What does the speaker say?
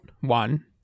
one